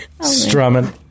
strumming